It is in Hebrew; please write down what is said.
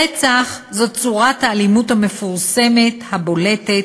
רצח זו צורת האלימות המפורסמת, הבולטת,